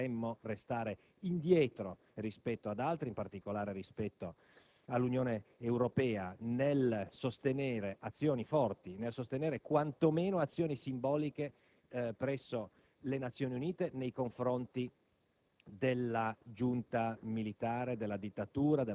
il dispositivo di questa mozione. Credo che non dovremmo restare indietro rispetto ad altri, in particolare rispetto all'Unione Europea, nel sostenere azioni forti o quantomeno azioni simboliche presso le Nazioni Unite nei confronti